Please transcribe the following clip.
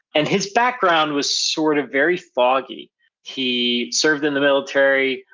and his background was sort of very foggy he served in the military,